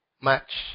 match